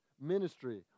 ministry